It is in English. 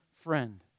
friend